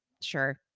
sure